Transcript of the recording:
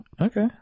Okay